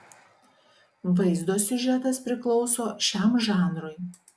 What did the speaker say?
vaizdo siužetas priklauso šiam žanrui